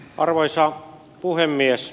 arvoisa puhemies